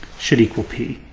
should equal p.